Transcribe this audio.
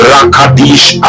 Rakadish